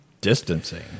distancing